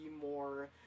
more